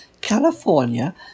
California